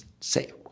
say